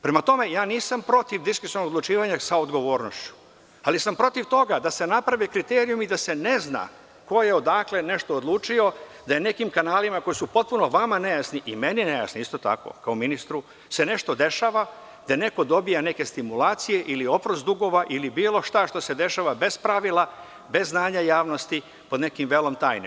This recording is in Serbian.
Prema tome, ja nisam protiv diskrecionog odlučivanja sa odgovornošću, ali sam protiv toga da se naprave kriterijumi da se ne zna ko je odakle nešto odlučio, da se nekim kanalima, koji su potpuno vama nejasni i meni nejasni kao ministru, nešto dešava, da neko dobija neke stimulacije ili oprost dugova ili bilo šta što se dešava bez pravila, bez znanja javnosti, pod nekim velom tajne.